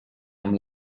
amb